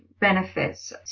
benefits